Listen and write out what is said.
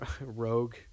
rogue